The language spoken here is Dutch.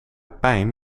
pijn